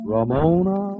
Ramona